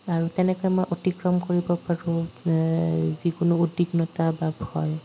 আৰু তেনেকৈ মই অতিক্ৰম কৰিব পাৰোঁ যিকোনো উদ্বিগ্নতা বা ভয়